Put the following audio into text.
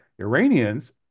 Iranians